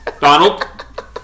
Donald